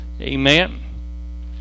amen